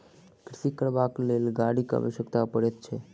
कृषि करबाक लेल गाड़ीक आवश्यकता पड़ैत छै